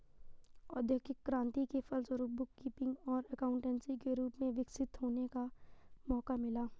औद्योगिक क्रांति के फलस्वरूप बुक कीपिंग को एकाउंटेंसी के रूप में विकसित होने का मौका मिला